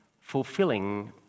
fulfilling